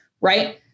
right